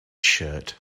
shirt